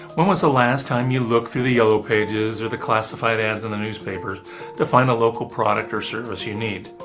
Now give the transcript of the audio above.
when was the last time you looked through the yellow pages or the classified ads in the newspaper to find a local product or service you need?